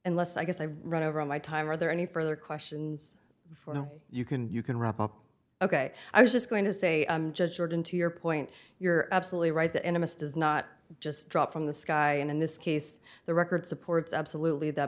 unless i guess i run over all my time are there any further questions for you can you can wrap up ok i was just going to say i'm just short and to your point you're absolutely right the enemies does not just drop from the sky and in this case the record supports absolutely that